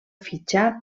fitxar